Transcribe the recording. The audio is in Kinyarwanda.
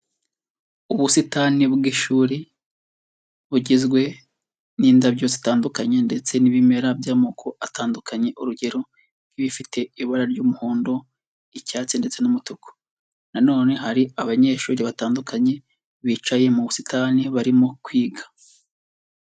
Ubusitani bw'ishuri bugizwe n'indabyo zitandukanye ndetse n'ibimera by'amoko atandukanye, urugero nk'ibifite ibara ry'umuhondo, icyatsi ndetse n'umutuku, na none hari abanyeshuri batandukanye bicaye mu busitani barimo kwiga.